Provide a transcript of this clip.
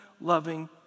loving